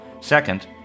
Second